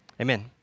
amen